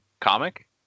comic